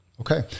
okay